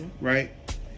Right